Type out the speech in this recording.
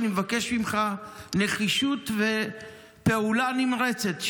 אני מבקש ממך נחישות ופעולה נמרצת,